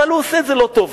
אבל הוא עושה את זה לא טוב.